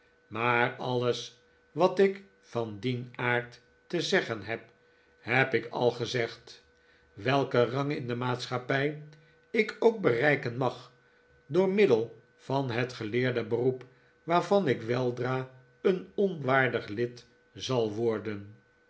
maar alles wat ik van dien aard te zeggen heb heb ik al gezegd welken rang in de maatschappij ik ook bereiken mag door middel van het geleerde beroep waarvan ik weldra een onwaardig lid zal worden